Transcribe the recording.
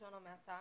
בלשון המעטה,